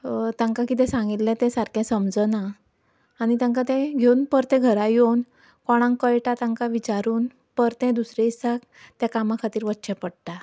तांकां किदेंय सांगिल्लें तें सारकें समजना आनी तेंकां तें घेवन परतें घरा येवन कोणाक कयटा तांकां विचारून परतें दुसरें दिसाक त्या कामा खातीर वचचें पडटा